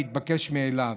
המתבקש מאליו,